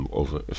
over